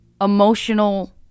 emotional